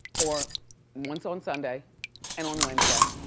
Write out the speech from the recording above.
or once on sunday and on wednesday.